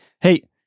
Hey